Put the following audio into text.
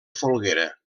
folguera